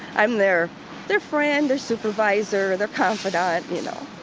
i'm their their friend, their supervisor, their confidante, you know.